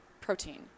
protein